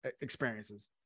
experiences